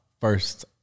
first